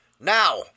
now